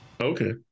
Okay